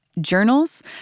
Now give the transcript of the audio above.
journals